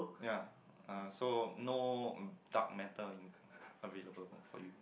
ya uh so no dark matter in available for you